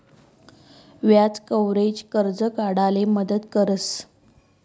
व्याज कव्हरेज, कर्ज काढाले मदत करस